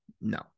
No